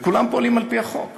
וכולם פועלים על-פי החוק.